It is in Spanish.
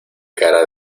cara